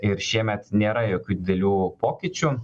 ir šiemet nėra jokių didelių pokyčių